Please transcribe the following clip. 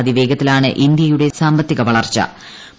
അതിവേഗത്തിലാണ് ഇന്ത്യയുടെ സാമ്പത്തിക വളർച്ചു